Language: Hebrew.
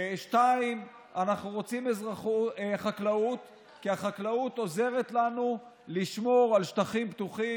2. אנחנו רוצים חקלאות כי החקלאות עוזרת לנו לשמור על שטחים פתוחים,